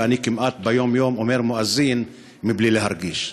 ואני כמעט ביום-יום אומר מואזין מבלי להרגיש.